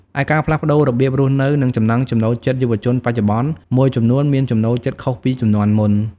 ឯការផ្លាស់ប្ដូររបៀបរស់នៅ និងចំណង់ចំណូលចិត្តយុវជនបច្ចុប្បន្នមួយចំនួនមានចំណូលចិត្តខុសពីជំនាន់មុន ។